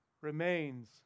remains